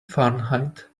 fahrenheit